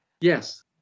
Yes